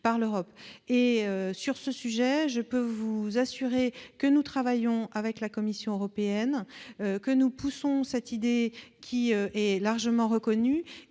Sur ce sujet, je puis vous assurer que nous travaillons avec la Commission européenne et que nous poussons cette idée, largement reconnue.